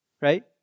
right